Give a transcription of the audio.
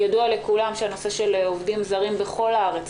ידוע לכולם שנושא העובדים הזרים בכל הארץ,